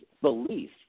belief